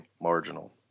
marginal